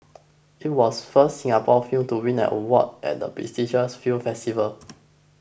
it was first Singapore film to win an award at the prestigious film festival